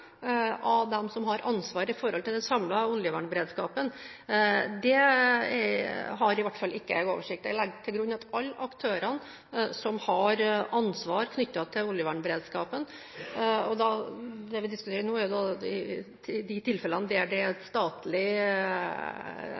av dem som har ansvaret for den samlede oljevernberedskapen, har i hvert fall ikke jeg oversikt over. Jeg legger til grunn at alle aktørene som har ansvar knyttet til oljevernberedskapen – og det vi diskuterer nå, er de tilfellene der det er statlig aksjon som er iverksatt, for der er det